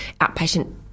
outpatient